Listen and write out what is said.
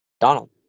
Donald